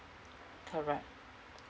correct